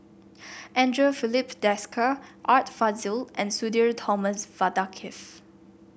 Andre Filipe Desker Art Fazil and Sudhir Thomas Vadaketh